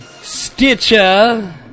Stitcher